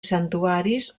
santuaris